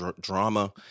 drama